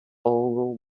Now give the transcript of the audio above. all